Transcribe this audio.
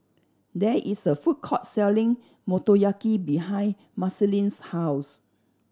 there is a food court selling Motoyaki behind Marceline's house